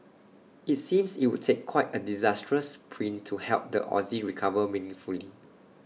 IT seems IT would take quite A disastrous print to help the Aussie recover meaningfully